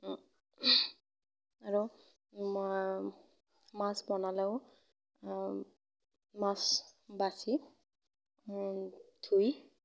আৰু মই মাছ বনালেও মাছ বাছি ধুই